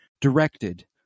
directed